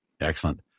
excellent